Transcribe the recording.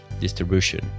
distribution